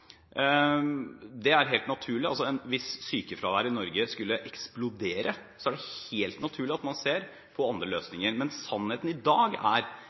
Det er helt naturlig – hvis sykefraværet i Norge skulle eksplodere, er det helt naturlig at man ser på andre løsninger. Men sannheten i dag er